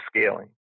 scaling